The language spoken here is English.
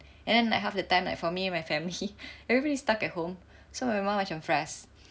and then half the time like for me my family everybody stuck at home so my mum macam frus